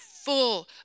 Full